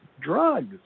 drugs